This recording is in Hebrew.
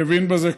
מי שמבין בזה,